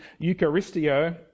eucharistio